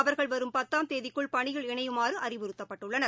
அவர்கள் வரும் பத்தாம் தேதிக்குள் பணியில் இணையுமாறுஅறிவுறுத்தப்பட்டுள்ளனர்